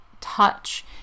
touch